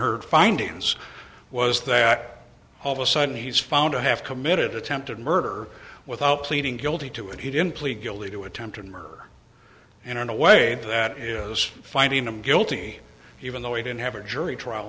her findings was that all of a sudden he's found to have committed attempted murder without pleading guilty to it he didn't plead guilty to attempted murder in a way that is finding him guilty even though he didn't have a jury trial